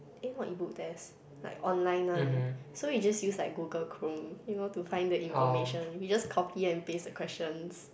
eh not E book test like online one so we just use like Google-Chrome you know to find the information we just copy and paste the questions